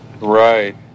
Right